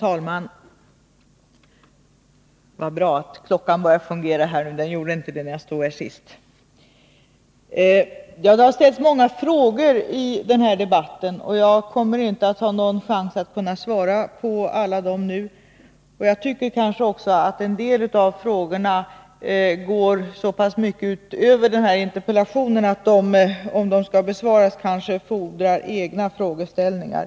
Herr talman! Det har ställts många frågor i den här debatten, och jag kommer inte att ha någon chans att kunna svara på alla nu. Jag tycker också att en del av frågorna går så pass mycket utöver denna interpellation att de, om de skall besvaras, kanske fordrar egna frågeställningar.